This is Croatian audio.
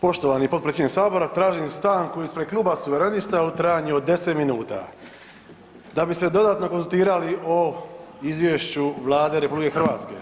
Poštovani potpredsjedniče Sabora tražim stanku ispred Kluba Suverenista u trajanju od 10 minuta da bi se dodatno konzultirali o Izvješću Vlade Republike Hrvatske.